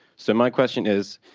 so my question is,